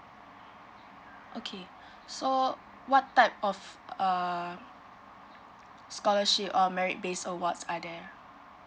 okay so what type of err scholarship or merit based awards are there